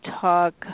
talk